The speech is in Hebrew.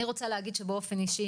אני רוצה להגיד באופן אישי,